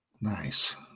nice